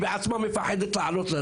היא בעצמה מפחדת לעלות.